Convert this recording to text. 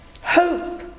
Hope